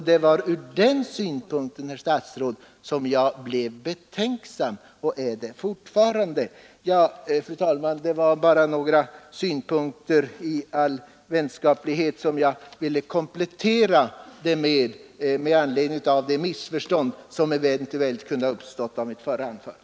Det var ur den synpunkten, herr statsråd, som jag blev betänksam, och är det fortfarande. Fru talman! Detta var bara några synpunkter i all vänskaplighet som komplettering med anledning av det missförstånd som eventuellt kunnat uppstå efter mitt förra anförande.